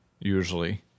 usually